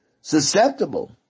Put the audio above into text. susceptible